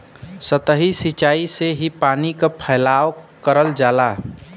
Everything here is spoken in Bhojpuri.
सतही सिचाई से ही पानी क फैलाव करल जाला